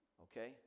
Okay